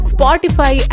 Spotify